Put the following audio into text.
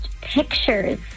pictures